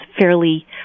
fairly